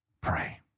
pray